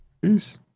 Peace